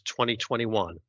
2021